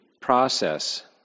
process